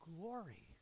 glory